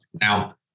Now